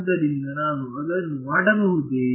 ಆದ್ದರಿಂದ ನಾನು ಅದನ್ನು ಮಾಡಬಹುದೇ